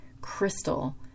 crystal